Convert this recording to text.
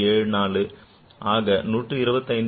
74 ஆக 125